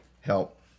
help